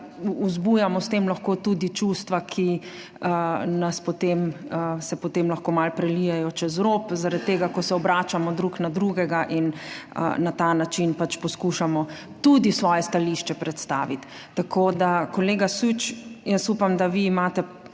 vzbujamo s tem lahko tudi čustva, ki se potem lahko malo prelijejo čez rob, ko se obračamo drug na drugega in na ta način pač poskušamo tudi svoje stališče predstaviti. Tako da, kolega Süč, jaz upam, da vi imate